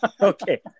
Okay